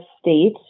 state